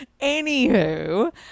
Anywho